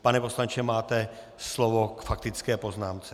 Pane poslanče, máte slovo k faktické poznámce.